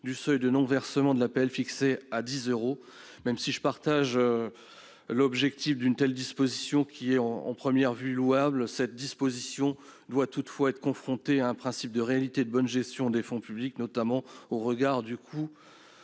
du seuil de non-versement de l'APL fixé à 10 euros. Même si j'approuve son objectif, qui est à première vue louable, cette disposition doit toutefois être confrontée à un principe de réalité et de bonne gestion des fonds publics, notamment au regard du coût